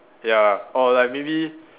ya or like maybe